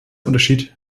unterschied